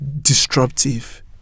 disruptive